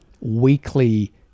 weekly